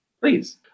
please